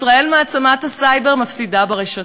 ישראל, מעצמת הסייבר, מפסידה ברשתות.